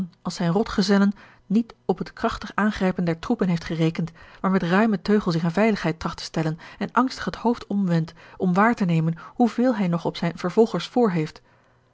als zijne rotgezellen niet op het krachtig aangrijpen der troepen heeft george een ongeluksvogel gerekend maar met ruimen teugel zich in veiligheid tracht te stellen en angstig het hoofd omwendt om waar te nemen hoeveel hij nog op zijne vervolgers voor heeft